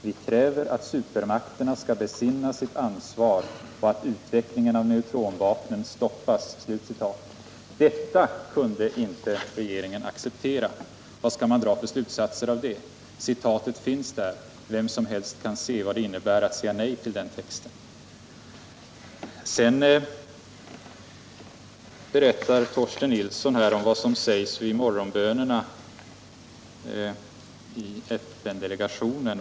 Vi kräver att supermakterna skall besinna sitt ansvar så att utvecklingen av neutronvapnen stoppas.” Detta kunde regeringen inte acceptera. Vad skall man dra för slutsatser därav? Citatet finns där. Vem som helst kan se vad det innebär att säga nej till den texten. Sedan berättade Torsten Bengtson här om vad som sägs vid ”morgonbönerna” i FN-delegationen.